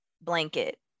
blanket